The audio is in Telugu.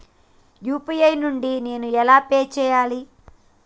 యూ.పీ.ఐ నుండి నేను ఎలా పే చెయ్యాలి?